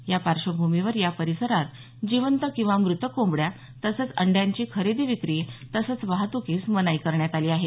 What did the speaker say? या पार्श्वभूमीवर या परिसरात जिवंत किंवा मृत कोंबड्या तसंच अंड्यांची खरेदी विक्री तसंच वाहतुकीस मनाई करण्यात आली आहे